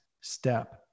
step